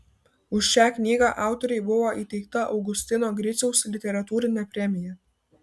už šią knygą autorei buvo įteikta augustino griciaus literatūrinė premija